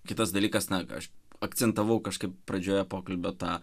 kitas dalykas na aš akcentavau kažkaip pradžioje pokalbio tą